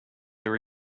are